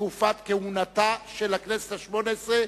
בתקופת כהונתה של הכנסת השמונה-עשרה),